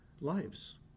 lives